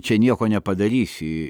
čia nieko nepadarysi